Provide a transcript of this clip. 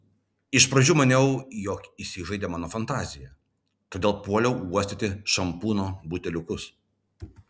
iš pradžių maniau jog įsižaidė mano fantazija todėl puoliau uostyti šampūno buteliukus